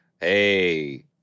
hey